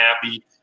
happy